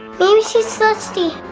maybe she's thirsty.